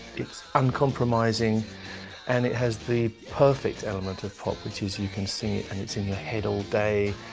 yeah it's uncompromising and it has the perfect element of pop, which is you can sing it and it's in your head all day,